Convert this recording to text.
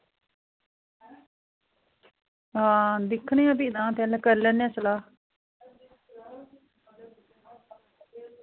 हां दिक्खने आं फ्ही तां तेरे नै करी लैन्ने आं सलाह्